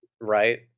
right